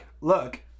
Look